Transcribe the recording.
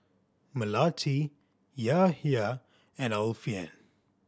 Melati Yahya and Alfian